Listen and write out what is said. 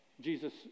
Jesus